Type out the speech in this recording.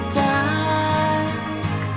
dark